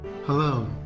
Hello